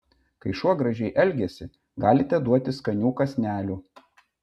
kai šuo gražiai elgiasi galite duoti skanių kąsnelių